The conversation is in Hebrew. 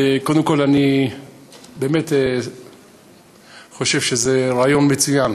קודם כול, אני באמת חושב שזה רעיון מצוין: